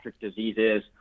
diseases